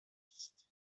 است